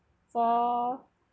for